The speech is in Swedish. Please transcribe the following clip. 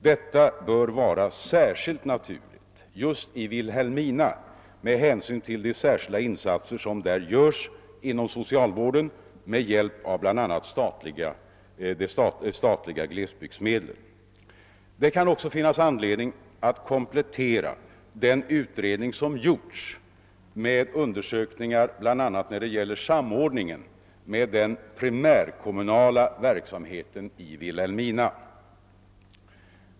Detta bör vara särskilt naturligt i Vilhelmina med hänsyn till de särskilda insatser som görs där inom socialvården med hjälp av bland annat de statliga glesbygdsmedlen. Det kan också finnas anledning att komplettera den gjorda utredningen med undersökningar bl.a. om samordningen med den primärkommunala verksamheten i Vilhelmina.